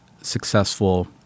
successful